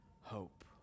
hope